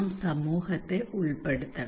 നാം സമൂഹത്തെ ഉൾപ്പെടുത്തണം